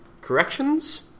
Corrections